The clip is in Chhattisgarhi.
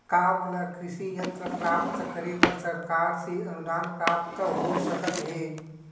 का मोला कृषि यंत्र प्राप्त करे बर सरकार से अनुदान प्राप्त हो सकत हे?